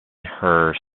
her